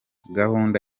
gahunda